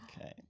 Okay